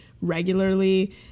regularly